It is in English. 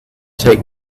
take